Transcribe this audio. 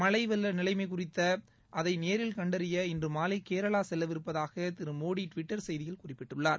மழை வெள்ள குறித்த நிலைமையை நேரில் கண்டறிய இன்று மாலை கேரளா செல்லவிருப்பதாக திரு மோடி டுவிட்டர் செய்தியில் குறிப்பிட்டுள்ளார்